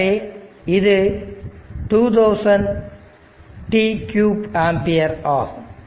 எனவே இது 2000 t 3 ampere ஆகும்